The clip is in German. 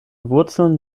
wurzeln